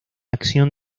acción